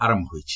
ଆରମ୍ଭ ହୋଇଛି